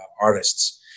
artists